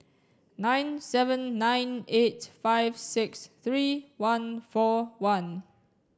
nine seven nine eight five six three one four one